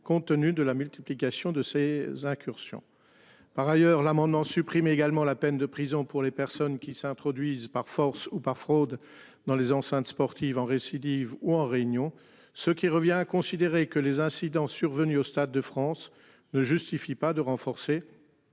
compte tenu de la multiplication de ces incursions par ailleurs l'amendement supprime également la peine de prison pour les personnes qui s'introduisent par force ou par fraude dans les enceintes sportives en récidive ou en réunion, ce qui revient à considérer que les incidents survenus au Stade de France ne justifie pas de renforcer.